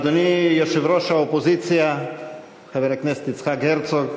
אדוני יושב-ראש האופוזיציה חבר הכנסת יצחק הרצוג,